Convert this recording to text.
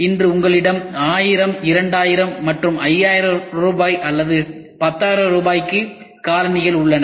இன்று உங்களிடம் 1000 2000 மற்றும் 5000 ரூபாய் அல்லது 10000 ரூபாய்க்கு காலணிகள் உள்ளன